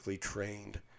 trained